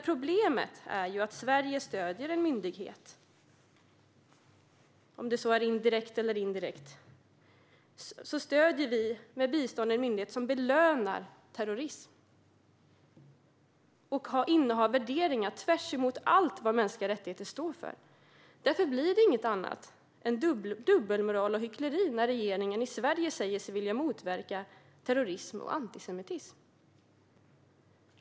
Problemet är att Sverige med sitt bistånd stöder, om det så är indirekt, en myndighet som belönar terrorism och har värderingar tvärt emot allt vad mänskliga rättigheter står för. Därför blir det inget annat än dubbelmoral och hyckleri när regeringen i Sverige säger sig vilja motverka terrorism och antisemitism.